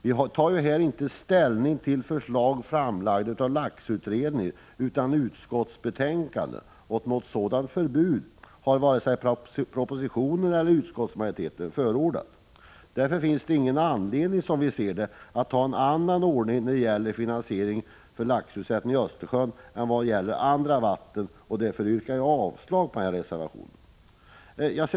Vi tar ju här inte ställning till förslag framlagda av laxfiskeutredningen utan till förslag i utskottsbetänkandet, och något sådant förbud har varken propositionen eller utskottsmajoriteten förordat. Som vi ser det finns det ingen anledning att ha en annan ordning när det gäller finansiering av laxutsättning i Östersjön än vad gäller andra vatten. Därför yrkar jag avslag på den här reservationen.